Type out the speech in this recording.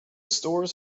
stores